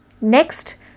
Next